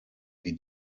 wie